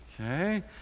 okay